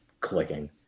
clicking